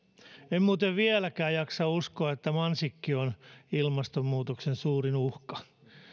en muuten vieläkään jaksa uskoa että mansikki on ilmastonmuutoksen suurin uhka